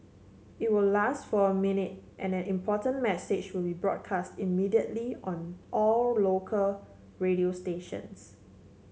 it will last for a minute and an important message will be broadcast immediately on all local radio stations